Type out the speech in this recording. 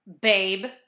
Babe